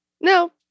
No